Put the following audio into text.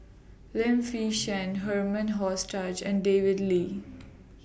Lim Fei Shen Herman and David Lin